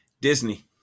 disney